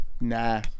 Nah